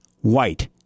white